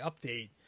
update